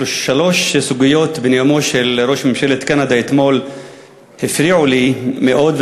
שלוש סוגיות בנאומו של ראש ממשלת קנדה אתמול הפריעו לי מאוד,